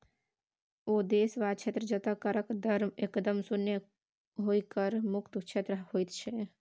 ओ देश वा क्षेत्र जतय करक दर एकदम शुन्य होए कर मुक्त क्षेत्र होइत छै